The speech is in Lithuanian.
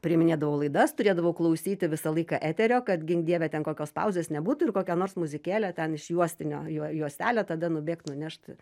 priiminėdavau laidas turėdavau klausyti visą laiką eterio kad gink dieve ten kokios pauzės nebūtų ir kokia nors muzikėlė ten iš juostinio juo juostelė tada nubėk nunešt